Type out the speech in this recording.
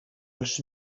els